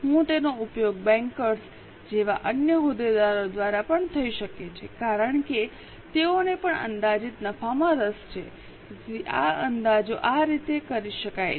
હું તેનો ઉપયોગ બેન્કર્સ જેવા અન્ય હોદ્દેદારો દ્વારા પણ થઈ શકે છે કારણ કે તેઓને પણ અંદાજિત નફામાં રસ છે તેથી આ અંદાજો આ રીતે કરી શકાય છે